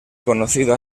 conocido